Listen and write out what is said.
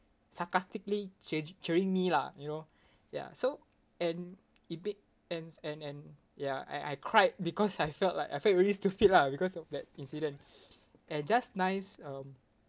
sarcastically cheer~ cheering me lah you know ya so and it be~ and and and ya I I cried because I felt like I felt really stupid lah because of that incident and just nice um